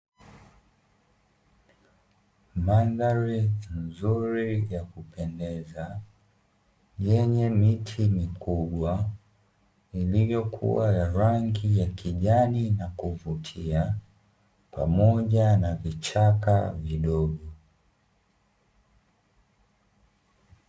Mandhari nzuri ya kupendeza, yenye miti mikubwa iliyokuwa ya rangi ya kijani na kuvutia pamoja na vichaka vidogo.